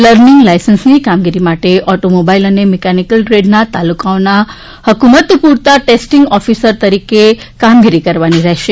learning લાયસન્સની કામગીરી માટે ઓટોમોબાઈલ અને મેકેનિકલ ટ્રેડના તાલુકાઓના હકુમત પુરતા ટેસ્ટીંગ ઓફિસર તરીકે કામગીરી કરવાની રહેશે